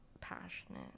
passionate